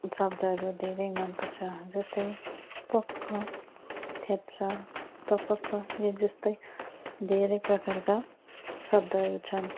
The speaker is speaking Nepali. शब्दहरू धेरै मन पर्छ जस्तै प्वाक्क थ्याच्च थपक्क वा जस्तै धेरै प्रकारका शब्दहरू छन्